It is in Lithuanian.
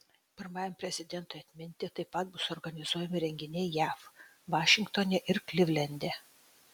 pirmajam prezidentui atminti taip pat bus organizuojami renginiai jav vašingtone ir klivlende